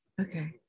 Okay